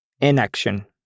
Inaction